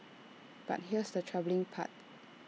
but here's the troubling part